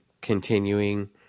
continuing